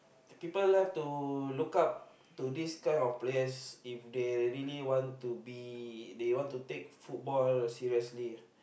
the people love to look up to this kind of players if they really want to be they want to take football seriously